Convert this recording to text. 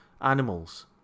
animals